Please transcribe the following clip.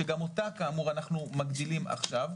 שגם אותה כאמור אנחנו מגדילים עכשיו.